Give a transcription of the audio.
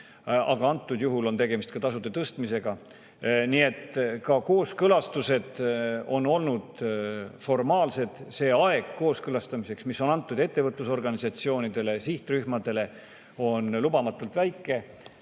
Aga antud juhul on tegemist ka tasude tõstmisega. Ka kooskõlastused on olnud formaalsed. See aeg kooskõlastamiseks, mis oli antud ettevõtlusorganisatsioonidele, sihtrühmadele, oli lubamatult [lühike].